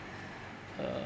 uh